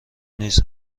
نیز